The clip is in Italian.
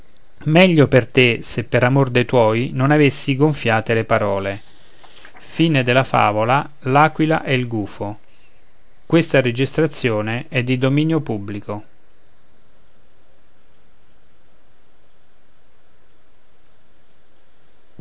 meglio per te se per amor de tuoi non avessi gonfiate le parole e le e